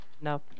No